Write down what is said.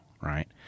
right